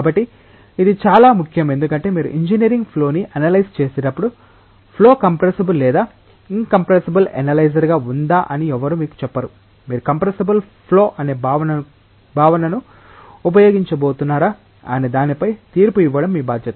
కాబట్టి ఇది చాలా ముఖ్యం ఎందుకంటే మీరు ఇంజనీరింగ్ ఫ్లో ని అనలైజ్ చేసేటపుడు ఫ్లో కంప్రెసిబుల్ లేదా ఇన్కంప్రెస్సబుల్ ఎనలైజర్గా ఉందా అని ఎవ్వరూ మీకు చెప్పరు మీరు కంప్రెసిబుల్ ఫ్లో అనే భావనను ఉపయోగించబోతున్నారా అనే దానిపై తీర్పు ఇవ్వడం మీ బాధ్యత